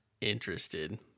interested